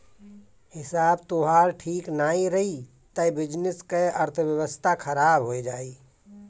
हिसाब तोहार ठीक नाइ रही तअ बिजनेस कअ अर्थव्यवस्था खराब हो जाई